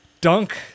Dunk